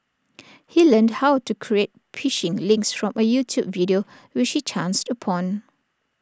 he learned how to create phishing links from A YouTube video which he chanced upon